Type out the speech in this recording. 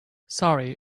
sorry